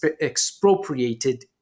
expropriated